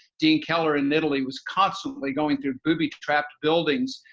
dean keller in italy was constantly going through booby trapped buildings,